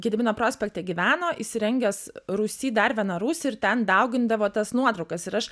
gedimino prospekte gyveno įsirengęs rūsy dar vieną rūsį ir ten daugindavo tas nuotraukas ir aš